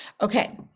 Okay